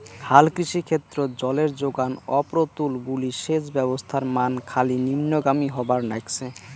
হালকৃষি ক্ষেত্রত জলের জোগান অপ্রতুল বুলি সেচ ব্যবস্থার মান খালি নিম্নগামী হবার নাইগছে